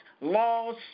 laws